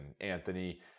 Anthony